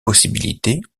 possibilités